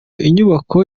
inyubako